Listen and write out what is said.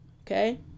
Okay